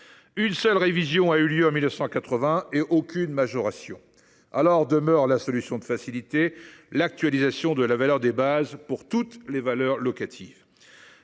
Une seule révision a eu lieu, en 1980, et on n’a vu aucune majoration ! Dès lors demeure la solution de facilité, à savoir l’actualisation de la valeur des bases pour toutes les valeurs locatives,